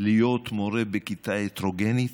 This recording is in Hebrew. להיות מורה בכיתה הטרוגנית,